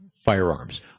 Firearms